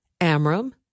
Amram